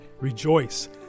rejoice